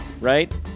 right